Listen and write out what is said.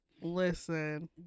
listen